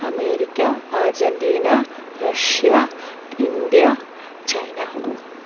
America Argentina Russia India China